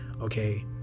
Okay